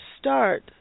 start